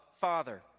Father